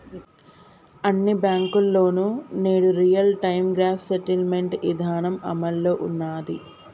అన్ని బ్యేంకుల్లోనూ నేడు రియల్ టైం గ్రాస్ సెటిల్మెంట్ ఇదానం అమల్లో ఉన్నాది